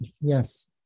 Yes